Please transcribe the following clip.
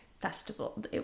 Festival